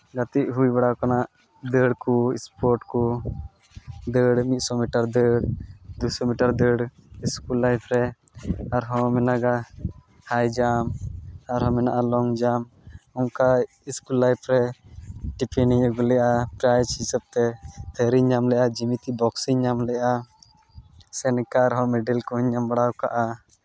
ᱜᱟᱛᱮᱜ ᱦᱩᱭ ᱵᱟᱲᱟᱣ ᱠᱟᱱᱟ ᱫᱟᱹᱲ ᱠᱚ ᱥᱯᱳᱴ ᱠᱚ ᱫᱟᱹᱲ ᱢᱤᱫᱥᱚ ᱢᱤᱴᱟᱨ ᱫᱟᱹᱲ ᱫᱩᱥᱚ ᱢᱤᱴᱟᱨ ᱫᱟᱹᱲ ᱥᱠᱩᱞ ᱞᱟᱭᱤᱯ ᱨᱮ ᱟᱨᱦᱚᱸ ᱢᱮᱱᱟᱜᱼᱟ ᱦᱟᱭ ᱡᱟᱢᱯ ᱟᱨᱦᱚᱸ ᱢᱮᱱᱟᱜᱼᱟ ᱞᱚᱝ ᱡᱟᱢᱯ ᱚᱝᱠᱟ ᱥᱠᱩᱞ ᱞᱟᱭᱤᱯ ᱨᱮ ᱴᱤᱯᱤᱱᱤᱧ ᱟᱹᱜᱩᱞᱮᱜᱼᱟ ᱯᱨᱟᱭᱤᱡᱽ ᱦᱤᱥᱟᱹᱵᱽ ᱛᱮ ᱛᱷᱟᱹᱨᱤᱧ ᱟᱢ ᱞᱮᱜᱼᱟ ᱡᱮᱢᱤᱛᱤ ᱵᱚᱠᱥᱤᱧ ᱧᱟᱢ ᱞᱮᱜᱼᱟ ᱥᱮ ᱱᱤᱝᱠᱟ ᱟᱨᱦᱚᱸ ᱢᱮᱰᱮᱞ ᱠᱚᱦᱚᱸᱧ ᱧᱟᱢ ᱵᱟᱲᱟᱣ ᱠᱟᱜᱼᱟ